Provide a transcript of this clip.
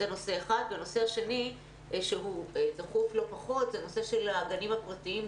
הנושא השני שהוא דחוף לא פחות זה נושא הגנים הפרטיים.